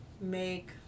make